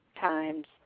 times